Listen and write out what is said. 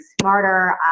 smarter